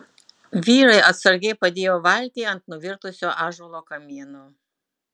vyrai atsargiai padėjo valtį ant nuvirtusio ąžuolo kamieno